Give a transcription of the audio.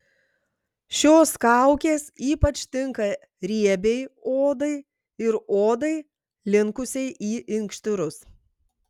šios kaukės ypač tinka riebiai odai ir odai linkusiai į inkštirus